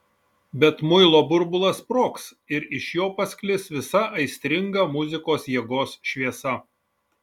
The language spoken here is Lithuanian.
bet muilo burbulas sprogs ir iš jo pasklis visa aistringa muzikos jėgos šviesa